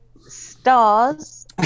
stars